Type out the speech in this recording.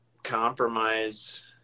compromise